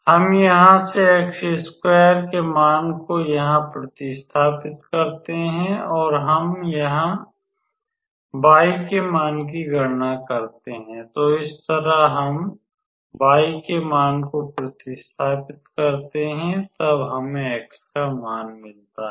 हम यहाँ से के मान को यहाँ प्रतिस्थापित करते हैं और हम y के मान की गणना करते हैं और इसी तरह हम y के मान को प्रतिस्थापित करते हैं तब हमें x का मान मिलता है